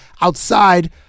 outside